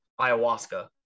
ayahuasca